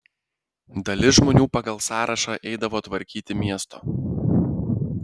dalis žmonių pagal sąrašą eidavo tvarkyti miesto